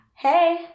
hey